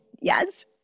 yes